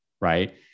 right